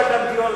שעות.